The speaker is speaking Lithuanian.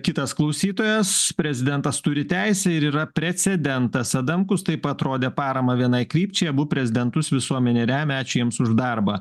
kitas klausytojas prezidentas turi teisę ir yra precedentas adamkus taip pat rodė paramą vienai krypčiai abu prezidentus visuomenė remia ačiū jiems už darbą